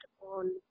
on